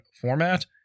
format